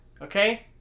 okay